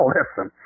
listen